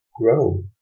Grow